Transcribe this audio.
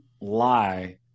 lie